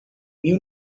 mil